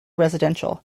residential